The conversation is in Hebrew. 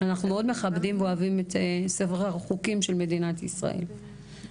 אנחנו מאוד מכבדים ואוהבים את ספר החוקים של מדינת ישראל,